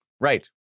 Right